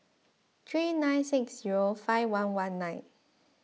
three nine six zero five one one nine